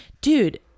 dude